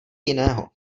jiného